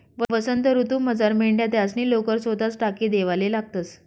वसंत ऋतूमझार मेंढ्या त्यासनी लोकर सोताच टाकी देवाले लागतंस